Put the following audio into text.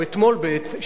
או אתמול בעצם,